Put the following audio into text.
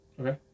Okay